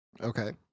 Okay